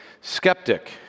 skeptic